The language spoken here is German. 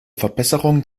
verbesserung